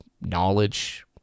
knowledge